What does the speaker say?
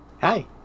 Hi